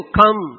come